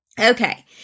Okay